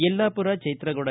Yellapur ಚೈತ್ರಾಗೌಡ